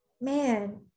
Man